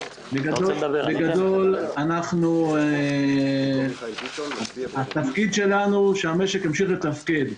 בגדול אנחנו, התפקיד שלנו הוא שהמשק ימשיך לתפקד.